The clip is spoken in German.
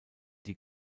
die